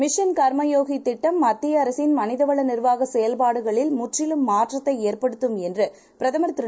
மிஷன்கர்மயோகிதிட்டம் மத்தியஅரசின்மனிதவளநிர்வாகசெயல்பாடுகளில்முற்றிலும்மாற்றத்தைஏற்படுத்து ம்என்றுபிரதமர்திரு